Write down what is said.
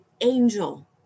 angel